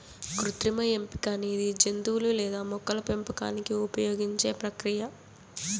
కృత్రిమ ఎంపిక అనేది జంతువులు లేదా మొక్కల పెంపకానికి ఉపయోగించే ప్రక్రియ